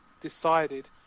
decided